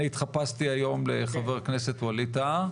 אני התחפשתי היום לחבר הכנסת ווליד טאהא.